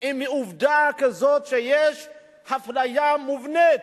עם העובדה שיש אפליה מובנית